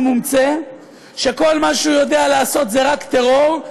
מומצא שכל מה שהוא יודע לעשות זה רק טרור,